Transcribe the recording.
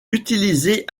utilisée